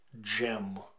gem